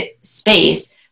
space